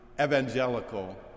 evangelical